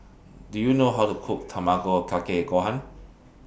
Do YOU know How to Cook Tamago Kake Gohan